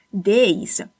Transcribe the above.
days